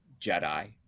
Jedi